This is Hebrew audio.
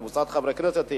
קבוצת חברי הכנסת,